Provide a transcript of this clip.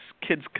kid's